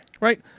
Right